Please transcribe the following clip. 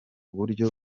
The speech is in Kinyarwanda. buryo